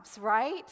right